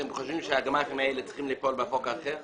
אתם חושבים שהגמ"חים האלה צריכים לפעול בחוק אחר?